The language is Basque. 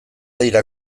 dira